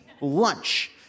lunch